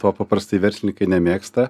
to paprastai verslininkai nemėgsta